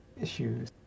issues